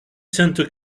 sainte